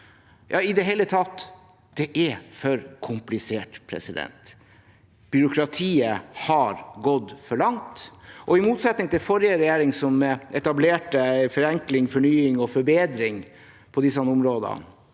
i det hele tatt for komplisert. Byråkratiet har gått for langt, i motsetning til under forrige regjering, som etablerte forenkling, fornying og forbedring på disse områdene,